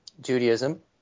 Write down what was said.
Judaism